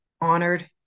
honored